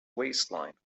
waistline